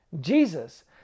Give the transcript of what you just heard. Jesus